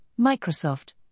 Microsoft